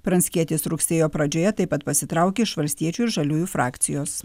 pranckietis rugsėjo pradžioje taip pat pasitraukė iš valstiečių ir žaliųjų frakcijos